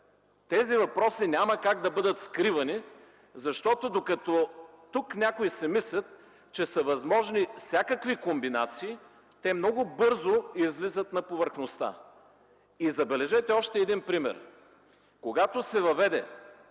Тези въпроси няма как да бъдат скривани, защото докато някои тук си мислят, че са възможни всякакви комбинации, те много бързо излизат на повърхността. Забележете още един пример. Когато се въведе